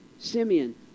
Simeon